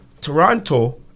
Toronto